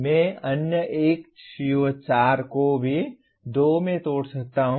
मैं अन्य एक CO4 को भी दो में तोड़ सकता हूं